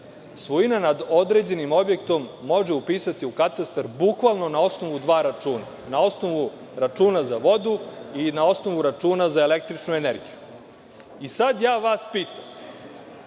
svojina nad određenim objektom može upisati u katastar bukvalno na osnovu dva računa – na osnovu računa za vodu i na osnovu računa za električnu energiju. Sada ja vas pitam